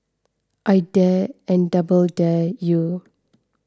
I dare and double dare you